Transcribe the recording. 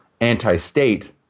anti-state